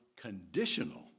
conditional